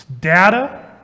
data